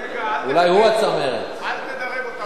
אל תדרג אותנו.